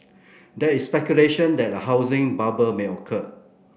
there is speculation that a housing bubble may occur